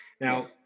Now